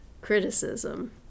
criticism